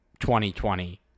2020